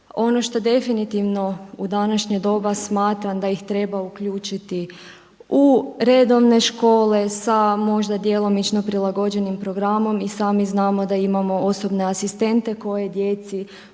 Ono što definitivno u današnje doba smatram da ih treba uključiti u redovne škole sa možda djelomično prilagođenim programom. I sami znamo da imamo osobne asistente koje djeci